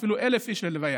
אפילו 1,000 איש ללוויה.